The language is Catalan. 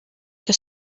que